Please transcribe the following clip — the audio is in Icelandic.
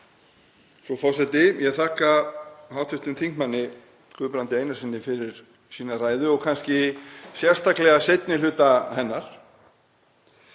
Frú forseti. Ég þakka hv. þm. Guðbrandi Einarssyni fyrir sína ræðu og kannski sérstaklega seinni hluta hennar.